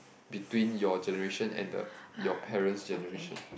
between your generation and the your parent's generation